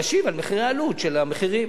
הוא ישיב על מחירי העלות של המים.